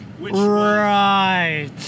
right